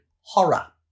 horror